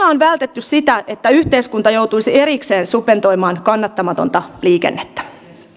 on vältetty sitä että yhteiskunta joutuisi erikseen subventoimaan kannattamatonta liikennettä